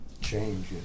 change